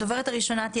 הדוברת הראשונה,